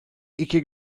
iki